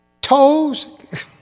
toes